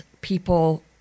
people